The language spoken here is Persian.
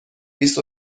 بیست